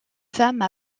femme